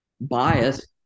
bias